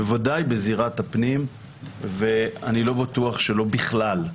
בוודאי בזירת הפנים ואני לא בטוח שלא בכלל.